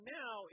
now